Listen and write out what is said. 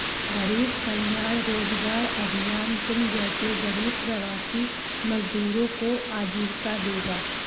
गरीब कल्याण रोजगार अभियान तुम जैसे गरीब प्रवासी मजदूरों को आजीविका देगा